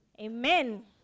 Amen